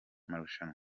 marushanwa